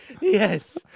yes